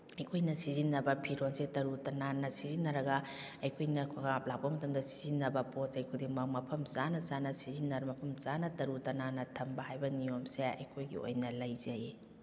ꯑꯩꯈꯣꯏꯅ ꯁꯤꯖꯤꯟꯅꯕ ꯐꯤꯔꯣꯜꯁꯦ ꯇꯔꯨ ꯇꯉꯥꯟꯅ ꯁꯤꯖꯤꯟꯅꯔꯒ ꯑꯩꯈꯣꯏꯅ ꯈꯣꯡꯀꯥꯞ ꯂꯥꯛꯄ ꯃꯇꯝꯗ ꯁꯤꯖꯤꯟꯅꯕ ꯄꯣꯠ ꯆꯩ ꯈꯨꯗꯤꯡꯃꯛ ꯃꯐꯝ ꯆꯥꯅ ꯆꯥꯅ ꯁꯤꯖꯤꯟꯅꯔ ꯃꯐꯝ ꯆꯥꯅ ꯇꯔꯨ ꯇꯅꯥꯟꯅ ꯊꯝꯕ ꯍꯥꯏꯕ ꯅꯤꯌꯣꯝꯁꯦ ꯑꯩꯈꯣꯏꯒꯤ ꯑꯣꯏꯅ ꯂꯩꯖꯩꯌꯦ